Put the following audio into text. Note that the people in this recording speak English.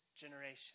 generation